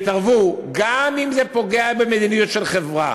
ויתערבו, גם אם זה פוגע במדיניות של חברה,